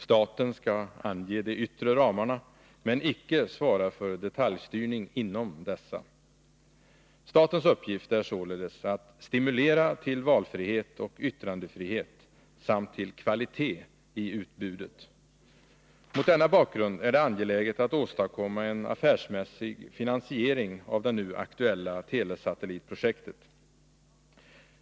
Staten skall ange de yttre ramarna, men icke svara för detaljstyrning inom dessa. Statens uppgift är således att stimulera till valfrihet och yttrandefrihet samt till kvalitet i utbudet. Mot denna bakgrund är det angeläget att åstadkomma en affärsmässig finansiering av det nu aktuella telesatellitprojektet.